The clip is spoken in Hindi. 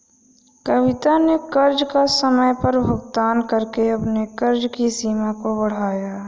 कविता ने कर्ज का समय पर भुगतान करके अपने कर्ज सीमा को बढ़ाया